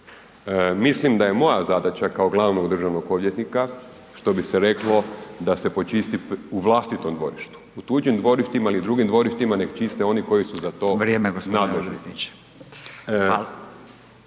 Mislim da je moja zadaća kao glavnog državnog odvjetnika što bi se reklo da se počisti u vlastitom dvorištu. U tuđim dvorištima ili drugim dvorištima nek čiste oni koji su za to nadležni.